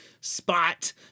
spot